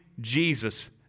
Jesus